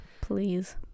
please